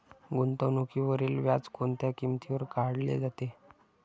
गुंतवणुकीवरील व्याज कोणत्या किमतीवर काढले जाते?